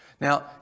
Now